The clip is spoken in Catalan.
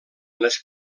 les